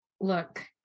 look